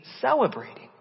celebrating